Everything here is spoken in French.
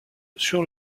sur